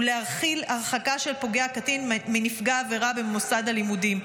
ולהחיל הרחקה של פוגע קטין מנפגע העבירה במוסד הלימודים.